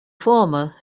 former